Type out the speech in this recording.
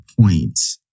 point